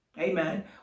Amen